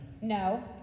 No